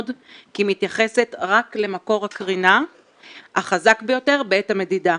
כי היא מתייחסת רק למקור הקרינה החזק ביותר בעת המדידה.